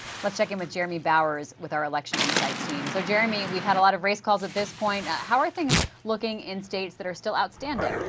let's check in with jeremy bowers with our election inside team. so jeremy we have had a lot of race calls at this point. how are things looking in states that are still outstanding?